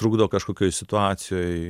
trukdo kažkokioj situacijoj